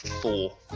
four